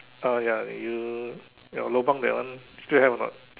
ah ya you your Lobang that one still have or not